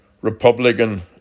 Republican